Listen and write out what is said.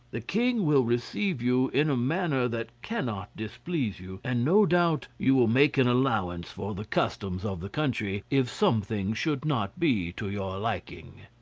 the king will receive you in a manner that cannot displease you and no doubt you will make an allowance for the customs of the country, if some things should not be to your liking.